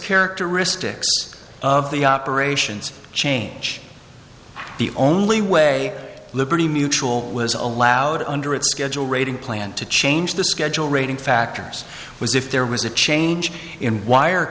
characteristics of the operations change the only way liberty mutual was allowed under its schedule rating plan to change the schedule rating factors was if there was a change in wire